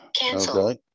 cancel